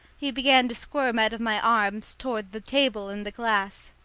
he began to squirm out of my arms toward the table and the glass.